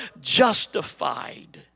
justified